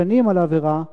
על עבירה,